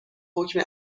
حکم